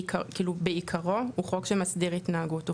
כאילו, בעיקרו הוא חוק שמסדיר התנהגות.